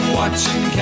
watching